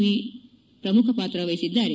V ಪ್ರಮುಖ ಪಾತ್ರ ವಹಿಸಿದ್ದಾರೆ